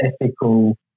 ethical